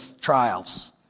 trials